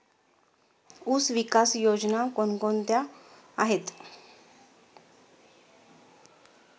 ऊसविकास योजना कोण कोणत्या आहेत?